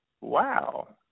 Wow